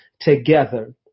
together